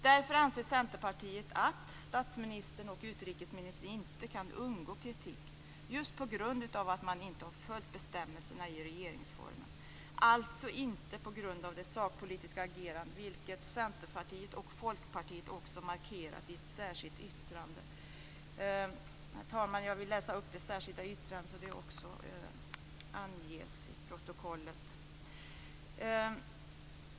Därför anser Centerpartiet att statsministern och utrikesministern inte kan undgå kritik, just på grund av att man inte har följt bestämmelserna i regeringsformen, alltså inte på grund av det sakpolitiska agerandet, vilket Centerpartiet och Folkpartiet också markerat i ett särskilt yttrande. Herr talman! Jag vill läsa upp det särskilda yttrandet, så att det anges i protokollet.